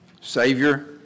Savior